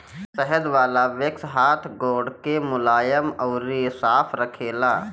शहद वाला वैक्स हाथ गोड़ के मुलायम अउरी साफ़ रखेला